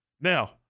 Now